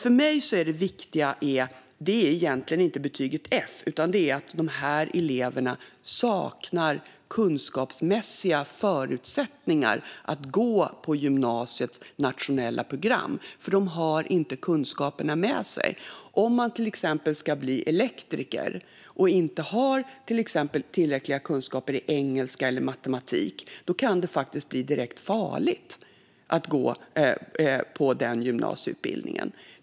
För mig är det viktiga egentligen inte betyget F, utan det är att dessa elever saknar kunskapsmässiga förutsättningar att gå på gymnasiets nationella program. De har inte kunskaperna med sig. Om man till exempel ska bli elektriker och inte har tillräckliga kunskaper i engelska eller matematik kan det bli direkt farligt att gå på den gymnasieutbildningen.